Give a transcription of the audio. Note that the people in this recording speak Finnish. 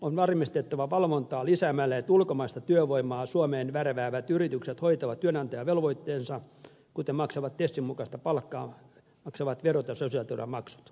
on varmistettava valvontaa lisäämällä että ulkomaista työvoimaa suomeen värväävät yritykset hoitavat työnantajavelvoitteensa kuten maksavat tesin mukaista palkkaa maksavat verot ja sosiaaliturvamaksut